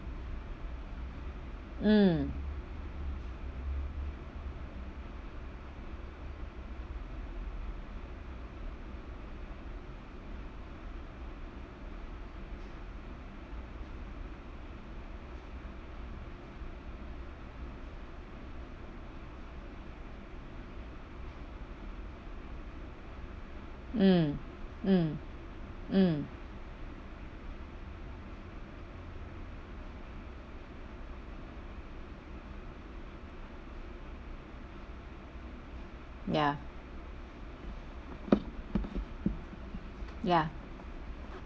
mm mm mm mm ya ya